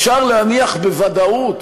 אפשר להניח בוודאות